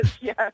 Yes